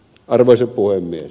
arvoisa puhemies